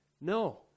No